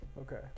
Okay